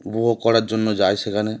উপভোগ করার জন্য যায় সেখানে